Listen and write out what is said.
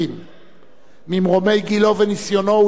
ממרומי גילו וניסיונו הוא הסתובב במרץ